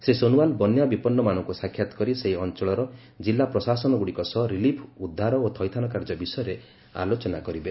ଶ୍ରୀ ସୋନଓ୍ୱାଲ ବନ୍ୟା ବିପନ୍ନମାନଙ୍କୁ ସାକ୍ଷାତ କରି ସେହି ଅଞ୍ଚର ଜିଲ୍ଲା ପ୍ରଶାସନଗୁଡ଼ିକ ସହ ରିଲିଫ୍ ଉଦ୍ଧାର ଓ ଥଇଥାନ କାର୍ଯ୍ୟ ବିଷୟରେ ଆଲୋଚନା କରିବେ